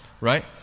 right